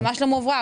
ממש לא מאוורר,